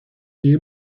پیر